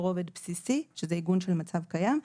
ברובד בסיסי שזה עיגון של מצב קיים,